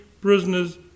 prisoners